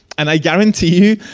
and i guarantee you,